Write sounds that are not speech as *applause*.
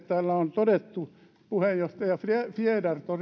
*unintelligible* täällä on todettu että puheenjohtaja fjäder fjäder